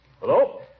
Hello